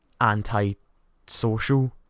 anti-social